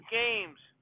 games